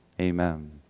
Amen